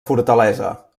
fortalesa